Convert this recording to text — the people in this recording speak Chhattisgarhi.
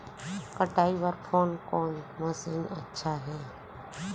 कटाई बर कोन कोन मशीन अच्छा हे?